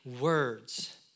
words